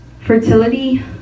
fertility